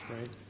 right